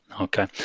okay